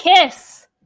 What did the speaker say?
kiss